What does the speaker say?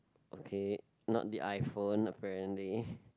okay not the iPhone apparently